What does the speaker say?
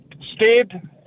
Stead